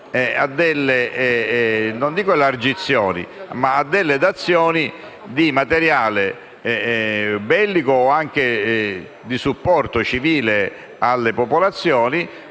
a delle dazioni di materiale bellico o anche di supporto civile alle popolazioni.